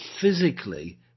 physically